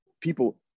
People